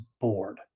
bored